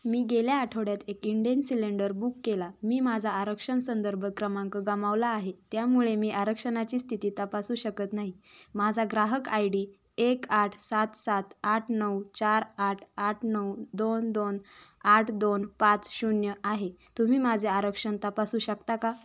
मी गेल्या आठवड्यात एक इंडेन सिलेंडर बुक केला मी माझा आरक्षण संदर्भ क्रमांक गमावला आहे त्यामुळे मी आरक्षणाची स्थिती तपासू शकत नाही माझा ग्राहक आय डी एक आठ सात सात आठ नऊ चार आठ आठ नऊ दोन दोन आठ दोन पाच शून्य आहे तुम्ही माझे आरक्षण तपासू शकता का